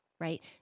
right